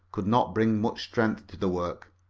could not bring much strength to the work.